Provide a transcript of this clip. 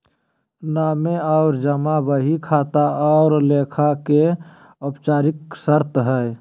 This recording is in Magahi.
नामे और जमा बही खाता और लेखा के औपचारिक शर्त हइ